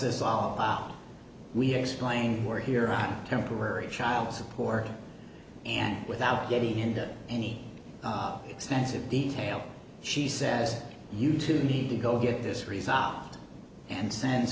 this all out we explain more here on temporary child support and without getting into any extensive detail she said you two need to go get this resolved and sends